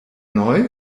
neu